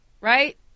right